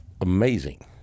amazing